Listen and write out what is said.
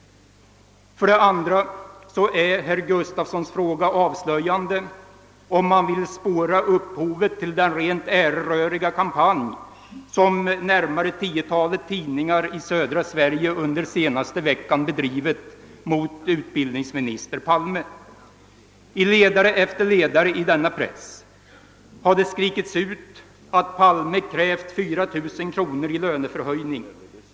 För det andra är herr Gustavssons fråga avslöjande, om man vill spåra upphovet till den rent äreröriga kampanj som närmare tiotalet tidningar i södra Sverige under den senaste veckan bedrivit mot utbildningsminister Palme. I ledare efter ledare har denna press skrikit ut att herr Palme krävt 4000 kronor i löneförhöjning.